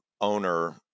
owner